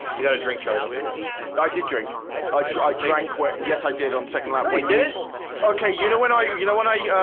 you got a drink charlie don't forget i did drink i i drank wit and yes i did on second lap we did it okay, you know when ah i you know when i